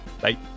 Bye